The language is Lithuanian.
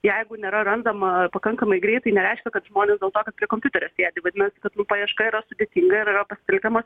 jeigu nėra randama pakankamai greitai nereiškia kad žmonės dėl to prie kompiuterio sėdi vadinasi kad nu paieška yra sudėtinga ir yra pasitelkiamos